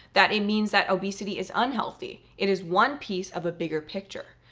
that it means that obesity is unhealthy. it is one piece of a bigger picture,